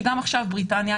שגם עכשיו בריטניה,